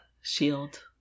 shield